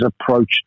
approach